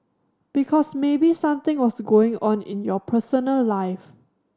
because maybe something was going on in your personal life